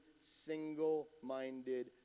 single-minded